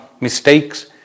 mistakes